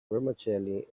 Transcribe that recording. vermicelli